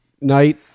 night